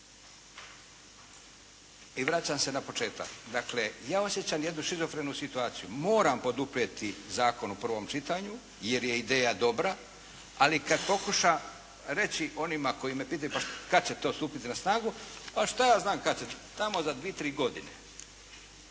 I vraćam se na početak. Dakle, ja osjećam jednu šizofrenu situaciju. Moram poduprijeti zakon u prvom čitanju jer je ideja dobra, ali kad pokušam reći onima koji me pitaju kad će to stupiti na snagu, pa šta ja znam kad će. Tamo za dvi, tri godine.